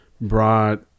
brought